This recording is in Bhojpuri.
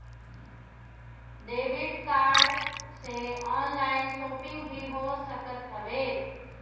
डेबिट कार्ड से ऑनलाइन शोपिंग भी हो सकत हवे